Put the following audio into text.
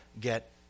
get